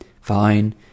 Fine